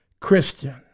Christian